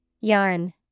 Yarn